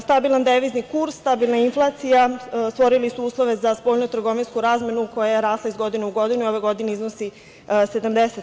Stabilan devizni kurs, stabilna inflacija stvorili su uslove za spoljno-trgovinsku razmenu koja je rasla iz godinu u godinu, ove godine iznosi 70%